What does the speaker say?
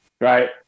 Right